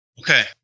Okay